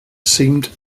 seemed